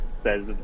says